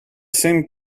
same